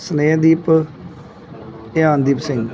Snehdeep Dhyandeep Singh